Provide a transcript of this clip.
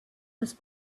was